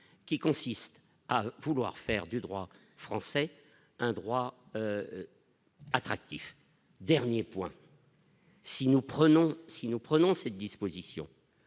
qui consiste à vouloir faire du droit français, un droit attractif, dernier point. Si nous prenons si nous